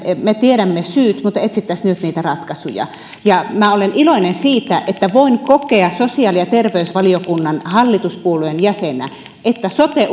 me tiedämme syyt ja etsittäisiin nyt niitä ratkaisuja ja minä olen iloinen siitä että voin kokea sosiaali ja terveysvaliokunnan hallituspuolueen jäsenenä että sote